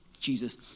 Jesus